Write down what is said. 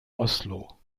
oslo